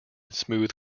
smooth